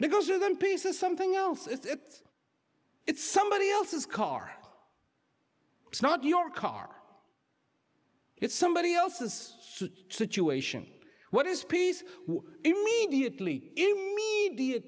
because or then peace or something else is it it's somebody else's car it's not your car it's somebody else's situation what is peace immediately